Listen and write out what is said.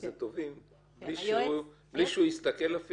התובעים בלי שהוא אפילו יסתכל?